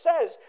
says